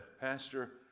Pastor